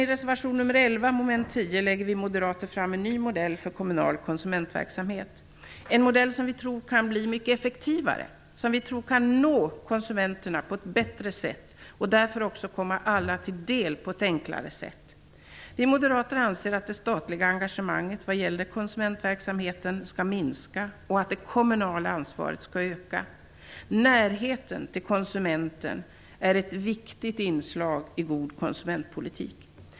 I reservation nr 11 lägger vi moderater fram en ny modell för kommunal konsumentverksamhet. Det är en modell som vi tror kan bli mycket effektivare, nå konsumenterna på ett bättre sätt och därför också komma alla till del på ett enklare sätt. Vi moderater anser att det statliga engagemanget vad gäller konsumentverksamhet skall minska och att det kommunala ansvaret skall öka. Närheten till konsumenten är ett viktigt inslag i god konsumentpolitik.